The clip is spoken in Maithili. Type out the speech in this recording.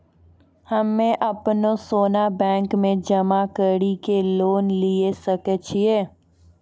हम्मय अपनो सोना बैंक मे जमा कड़ी के लोन लिये सकय छियै?